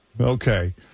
okay